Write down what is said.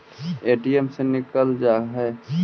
ATM से निकल जा है?